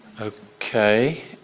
Okay